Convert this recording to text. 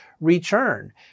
return